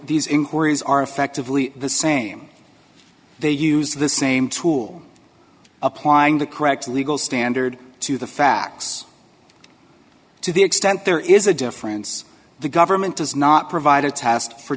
these inquiries are effectively the same they use the same tool applying the correct legal standard to the facts to the extent there is a difference the government does not provide a test for